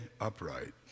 upright